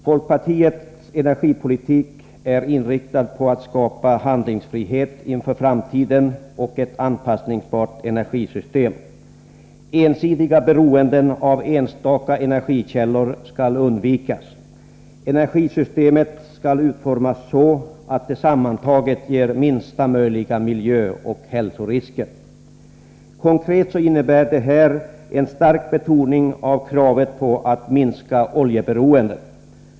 Folkpartiets energipolitik är inriktad på att skapa handlingsfrihet inför framtiden och ett anpassningsbart energisystem. Ensidigt beroende av enstaka energikällor skall undvikas. Energisystemet skall utformas så att det sammantaget ger så få miljöoch hälsorisker som möjligt. Konkret innebär detta en stark betoning av kravet på att minska oljeberoendet.